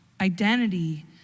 identity